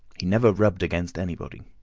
he never rubbed against anybody.